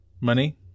Money